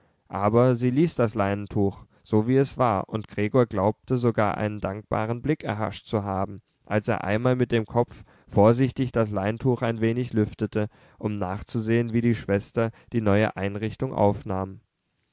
aber sie ließ das leintuch so wie es war und gregor glaubte sogar einen dankbaren blick erhascht zu haben als er einmal mit dem kopf vorsichtig das leintuch ein wenig lüftete um nachzusehen wie die schwester die neue einrichtung aufnahm